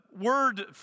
word